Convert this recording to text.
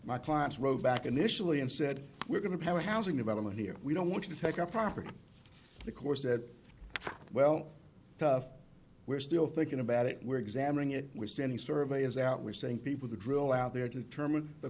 my clients wrote back initially and said we're going to have a housing development here we don't want to take up property of the course that well tough we're still thinking about it we're examining it we're standing survey is out we're saying people the drill out there determine the